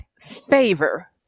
favor